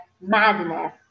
madness